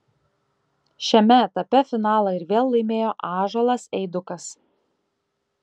šiame etape finalą ir vėl laimėjo ąžuolas eidukas